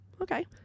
okay